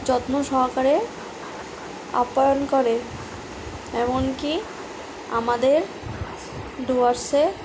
যত্ন সহকারে আপ্যায়ন করে এমনকি আমাদের ডুয়ার্সে